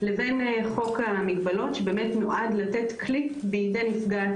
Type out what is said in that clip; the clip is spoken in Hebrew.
לבין חוק המגבלות שבאמת נועד לתת כלי בידי נפגעת